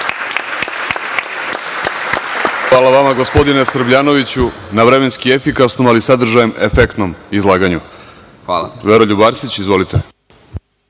Hvala vama, gospodine Srbljanoviću, na vremenski efikasnom ali sadržajem efektnom izlaganju. Reč ima Veroljub Arsić. Izvolite.